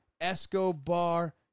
Escobar